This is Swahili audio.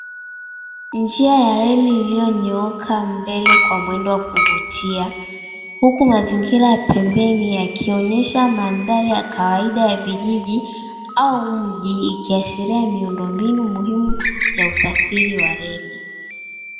Njia ya reli iliyonyooka mbele kwa mwendo wa kuvutia huku mazingira ya pembeni yakionyesha mandhari ya kawaida ya vijiji au mji ikiashiria miundombinu muhimu ya usafiri wa reli.